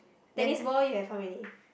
tennis ball you have how many